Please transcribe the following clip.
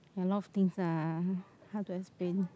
a lot of things ah hard to explain